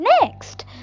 Next